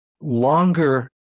longer